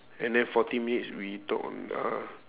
and then forty minutes we talk uh